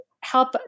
help